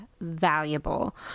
valuable